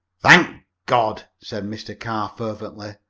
thank god! said mr. carr fervently,